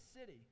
city